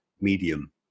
medium